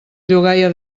llogaia